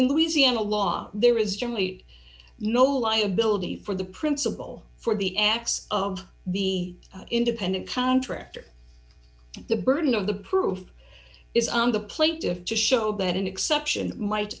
in louisiana law there is generally no liability for the principle for the acts of the independent contractor the burden of the proof is on the plate if to show but an exception might